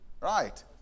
right